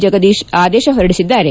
ಜಗದೀಶ್ ಆದೇಶ ಹೊರಡಿಸಿದ್ದಾರೆ